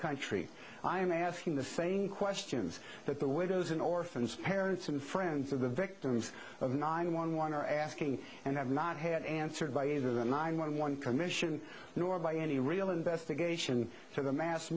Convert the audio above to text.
country i am asking the same questions that the widows and orphans parents and friends of the victims of nine one one are asking and have not had answered by either the nine one one commission nor by any real investigation for the mass